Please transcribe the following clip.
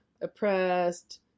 oppressed